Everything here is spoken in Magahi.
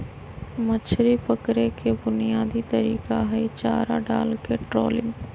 मछरी पकड़े के बुनयादी तरीका हई चारा डालके ट्रॉलिंग